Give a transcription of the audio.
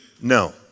No